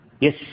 Yes